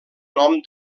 nom